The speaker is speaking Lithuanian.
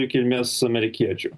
tikimės amerikiečių